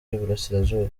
y’iburasirazuba